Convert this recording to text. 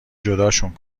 جداشون